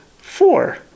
Four